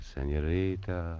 Senorita